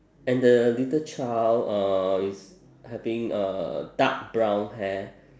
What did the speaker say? and the little child uh is having uh dark brown hair